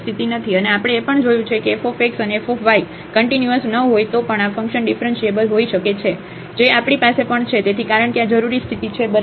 અને આપણે એ પણ જોયું છે કે f અને f કન્ટીન્યુઅસ ન હોય તો પણ આ ફંક્શન ડિફરન્ટિએબલ હોઈ શકે છે જે આપણી પાસે પણ છે તેથી કારણ કે આ જરૂરી સ્થિતિ છે બરાબર